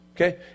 Okay